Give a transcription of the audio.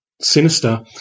sinister